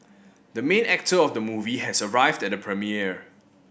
the main actor of the movie has arrived at the premiere